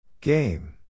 Game